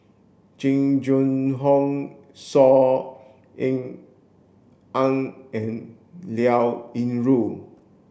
Jing Jun Hong Saw Ean Ang and Liao Yingru